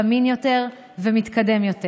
זמין יותר ומתקדם יותר.